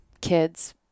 kids